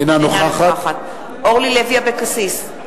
אינה נוכחת אורלי לוי אבקסיס,